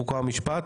חוק ומשפט.